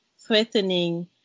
threatening